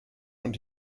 und